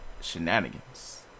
shenanigans